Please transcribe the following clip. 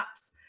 apps